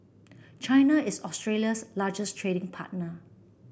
China is Australia's largest trading partner